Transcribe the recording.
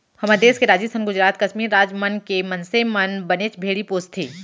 हमर देस के राजिस्थान, गुजरात, कस्मीर राज मन के मनसे मन बनेच भेड़ी पोसथें